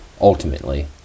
ultimately